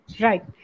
Right